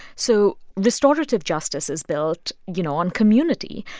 so restorative justice is built, you know, on community.